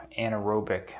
anaerobic